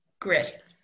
grit